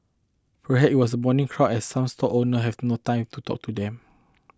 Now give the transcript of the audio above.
perhaps it was the morning crowd as some stall owner had no time to talk to them